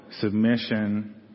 submission